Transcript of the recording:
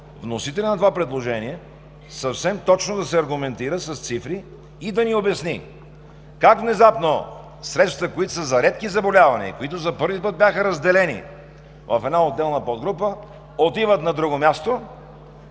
вносителят на това предложение съвсем точно да се аргументира с цифри и да ни обясни: как внезапно средствата, които са за редки заболявания, които за първи път бяха разделени в отделна подгрупа, отиват на друго място